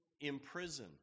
imprison